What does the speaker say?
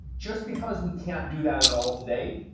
just because we can't do that at all today,